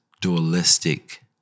dualistic